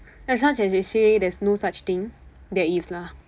as much as they say there's no such thing there is lah